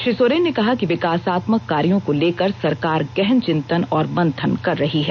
श्री सोरेन ने कहा कि विकासात्मक कार्यों को लेकर सरकार गहन चिंतन और मंथन कर रही है